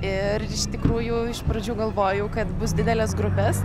ir iš tikrųjų iš pradžių galvojau kad bus didelės grupės